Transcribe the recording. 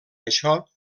això